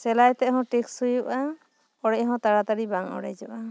ᱥᱮᱞᱟᱭ ᱛᱮᱫ ᱦᱚᱸ ᱴᱤᱠᱥ ᱦᱩᱭᱩᱜᱼᱟ ᱚᱲᱮᱡ ᱦᱚᱸ ᱛᱟᱲᱟ ᱛᱟᱹᱲᱤ ᱵᱟᱝ ᱚᱲᱮᱡᱚᱜᱼᱟ